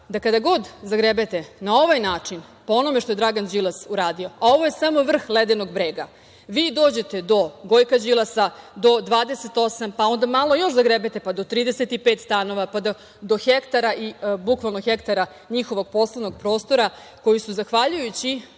da kada god zagrebete na ovaj način po onome što je Dragan Đilas uradio, a ovo je samo vrh ledenog brega, vi dođete do Gojka Đilasa, do 28, pa onda malo još zagrebete, pa do 35 stanova, pa do hektara i bukvalno hektara njihovog poslovnog prostora koji su zahvaljujući